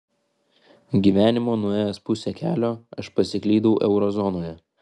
gyvenimo nuėjęs pusę kelio aš pasiklydau eurozonoje